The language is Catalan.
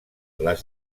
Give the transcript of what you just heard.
les